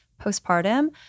postpartum